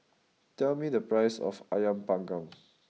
tell me the price of Ayam Panggang